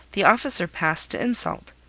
the officer passed to insult,